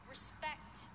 respect